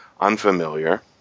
unfamiliar